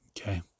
Okay